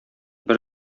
бер